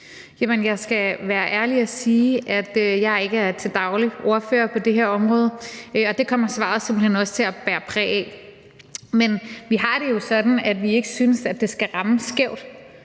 Jeg skal være ærlig og sige, at jeg ikke til daglig er ordfører på det her område, og det kommer svaret simpelt hen også til at bære præg af. Vi har det jo sådan, at vi ikke synes, at det skal ramme skævt,